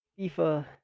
FIFA